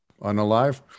unalive